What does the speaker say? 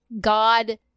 God